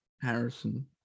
Harrison